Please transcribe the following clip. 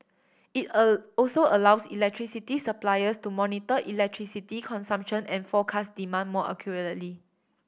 it a also allows electricity suppliers to monitor electricity consumption and forecast demand more accurately